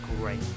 great